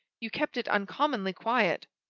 you kept it uncommonly quiet!